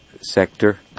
sector